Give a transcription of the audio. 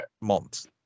months